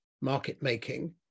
market-making